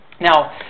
Now